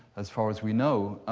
as far as we know.